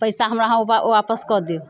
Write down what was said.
पैसा हमरा अहाँ आपस कऽ देब